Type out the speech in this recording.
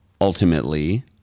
ultimately